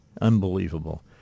Unbelievable